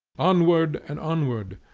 onward and onward!